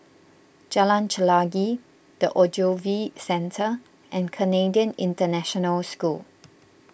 Jalan Chelagi the Ogilvy Centre and Canadian International School